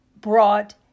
brought